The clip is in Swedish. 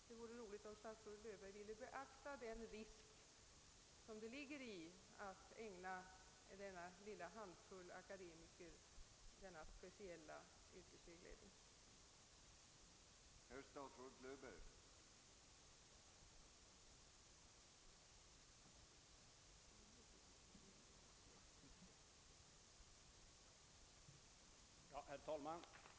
Det vore värdefullt om statsrådet Löfberg ville beakta den risk som det innebär att ifrågavarande handfull av akademiker ägnas den speciella yrkesvägledning, som jag påtalat.